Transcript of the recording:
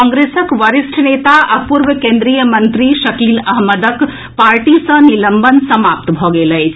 कांग्रेसक वरिष्ठ नेता आ पूर्व केंद्रीय मंत्री शकील अहमदक पार्टी सॅ निलंबन समाप्त भऽ गेल अछि